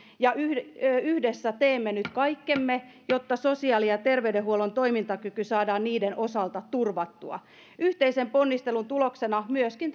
ja yhdessä yhdessä teemme nyt kaikkemme jotta sosiaali ja terveydenhuollon toimintakyky saadaan niiden osalta turvattua yhteisen ponnistelun tuloksena myöskin